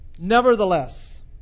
Nevertheless